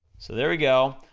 so there we go,